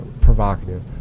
provocative